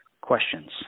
questions